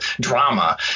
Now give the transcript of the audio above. drama